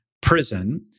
prison